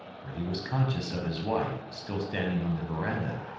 for he was conscious of his wife, still standing on the veranda.